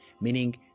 meaning